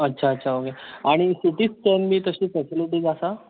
अच्छा अच्छा ओके आनी सिटी स्केन बिन तशें फेसिलीटीज आसा